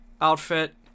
outfit